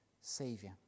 savior